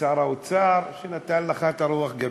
משר האוצר, שנתן לך רוח גבית.